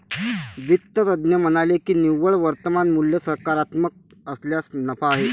वित्त तज्ज्ञ म्हणाले की निव्वळ वर्तमान मूल्य सकारात्मक असल्यास नफा आहे